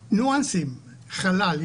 ניואנסים, חלל.